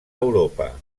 europa